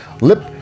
Lip